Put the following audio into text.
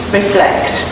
reflect